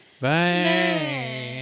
Bye